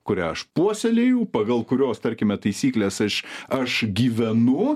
kurią aš puoselėju pagal kurios tarkime taisykles aš aš gyvenu